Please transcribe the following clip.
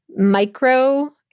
micro